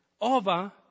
over